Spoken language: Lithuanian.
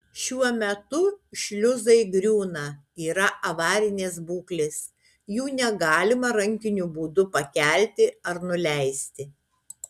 šiuo metu šliuzai griūna yra avarinės būklės jų negalima rankiniu būdu pakelti ar nuleisti